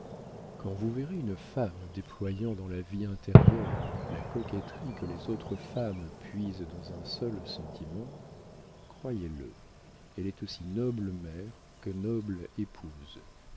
quand vous verrez une femme déployant dans la vie intérieure la coquetterie que les autres femmes puisent dans un seul sentiment croyez-le elle est aussi noble mère que noble épouse